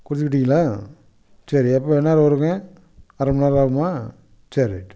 குறிச்சுக்கிட்டிங்களா சரி எப்போ எந்நேரம் வருங்க அரை மணி நேரம் ஆகுமா சரி ரைட்டு